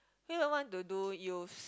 Hui-Wen want to do use